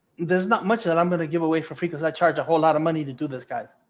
there's not much that i'm going to give away for free because i charge a whole lot of money to do this guy's